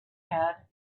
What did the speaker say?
had